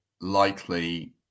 likely